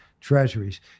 Treasuries